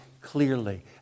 clearly